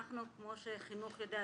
כמו שחינוך יודע,